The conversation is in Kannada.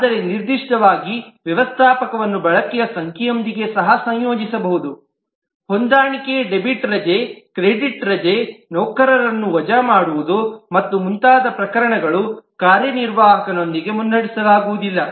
ಆದರೆ ನಿರ್ದಿಷ್ಟವಾಗಿ ವ್ಯವಸ್ಥಾಪಕವನ್ನು ಬಳಕೆಯ ಸಂಖ್ಯೆಯೊಂದಿಗೆ ಸಹ ಸಂಯೋಜಿಸಬಹುದು ಹೊಂದಾಣಿಕೆ ಡೆಬಿಟ್ ರಜೆ ಕ್ರೆಡಿಟ್ ರಜೆ ನೌಕರರನ್ನು ವಜಾ ಮಾಡುವುದು ಮತ್ತು ಮುಂತಾದ ಪ್ರಕರಣಗಳು ಕಾರ್ಯನಿರ್ವಾಹಕನೊಂದಿಗೆ ಮುನ್ನಡೆಸಲಾಗುವುದಿಲ್ಲ